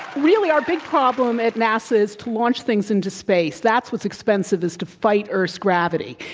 really, our big problem at nasa is to launch things into space. that's what's expensive, is to fight earth's gravity.